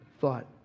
thought